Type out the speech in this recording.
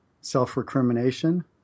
self-recrimination